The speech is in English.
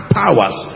powers